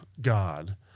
God